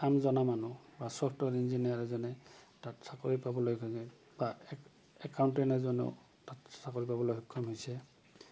কাম জনা মানুহ বা ছফ্টৱেৰ ইঞ্জিনিয়াৰ এজনে তাত চাকৰি বা একাউণ্টেণ্ট এজনেও তাত চাকৰি পাবলৈ সক্ষম হৈছে